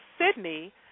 Sydney